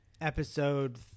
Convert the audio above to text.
episode